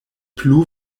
plu